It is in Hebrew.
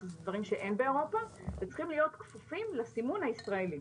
שזה דברים שאין באירופה אז צריכים להיות כפופים לסימון הישראלי.